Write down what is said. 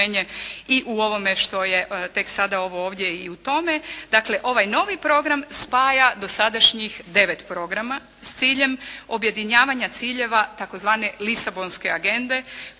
i u ovome što je tek sada ovo ovdje i u tome. Dakle, ovaj novi program spaja dosadašnjih 9 programa. S ciljem objedinjavanja ciljeva tzv. lisabonske agende